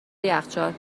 یخچال